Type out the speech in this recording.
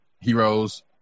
Heroes